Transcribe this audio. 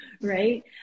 right